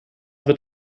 wird